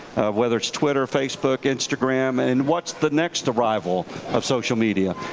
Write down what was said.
whether it's twitter, facebook, instagram, and what's the next arrival of social media.